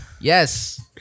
Yes